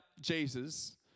Jesus